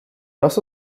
also